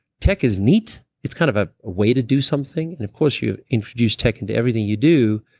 tech is neat. it's kind of a way to do something and of course, you introduce tech into everything you do